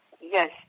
Yes